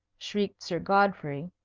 shrieked sir godfrey,